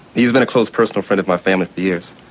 he's been a close personal friend of my family for years.